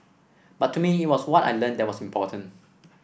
but to me it was what I learnt that was important